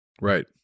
Right